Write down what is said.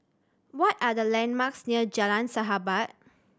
what are the landmarks near Jalan Sahabat